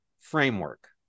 framework